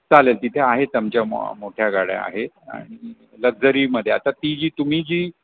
चालेल तिथे आहेत आमच्या मो मोठ्या गाड्या आहेत आणि लक्झरीमध्ये आता ती जी तुम्ही जी